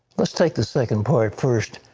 let's take the second part first.